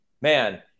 Man